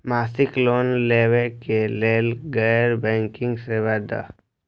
मासिक लोन लैवा कै लैल गैर बैंकिंग सेवा द?